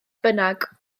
bynnag